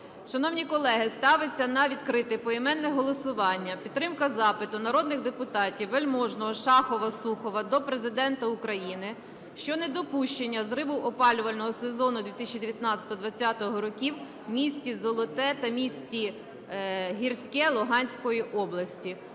Шановні колеги, ставиться на відкрите поіменне голосування підтримка запиту народних депутатів (Вельможного, Шахова, Сухова) до Президента України щодо недопущення зриву опалювального сезону 2019-20-го років в місті Золоте та місті Гірське Луганської області.